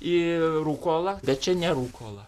į rūkolą bet čia ne rūkola